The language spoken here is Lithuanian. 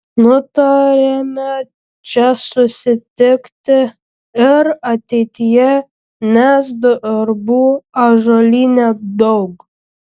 nutarėme čia susitikti ir ateityje nes darbų ąžuolyne daug